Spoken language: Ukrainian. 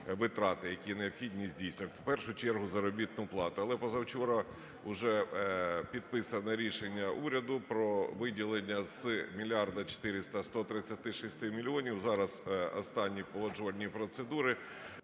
які необхідно здійснювати, в першу чергу заробітну плату. Але позавчора уже підписане рішення уряду про виділення з 1 мільярда 400 - 136 мільйонів, зараз останні погоджувальні процедури